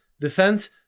Defense